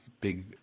big